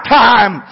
time